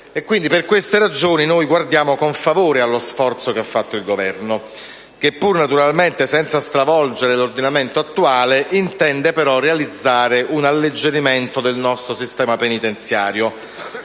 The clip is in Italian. Per queste ragioni noi guardiamo con favore allo sforzo fatto dal Governo, che, pur senza stravolgere, naturalmente, l'ordinamento attuale, intende però realizzare un alleggerimento del nostro sistema penitenziario,